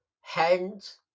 hands